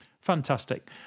Fantastic